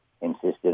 insisted